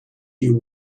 you